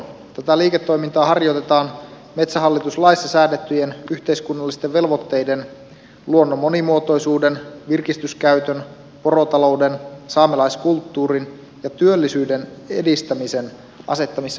tätä liiketoimintaa harjoitetaan metsähallituslaissa säädettyjen yhteiskunnallisten velvoitteiden luonnon monimuotoisuuden virkistyskäytön porotalouden saamelaiskulttuurin ja työllisyyden edistämisen asettamissa puitteissa